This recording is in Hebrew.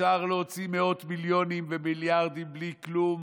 אפשר להוציא מאות מיליונים ומיליארדים בלי כלום